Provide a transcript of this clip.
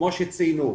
כמו שציינו,